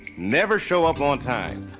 never show up on time,